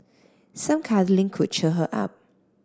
some cuddling could cheer her up